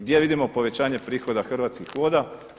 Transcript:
Gdje vidimo povećanje prihoda Hrvatskih voda?